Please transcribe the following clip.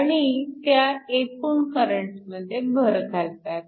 आणि त्या एकूण करंटमध्ये भर घालतात